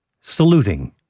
saluting